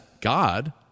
God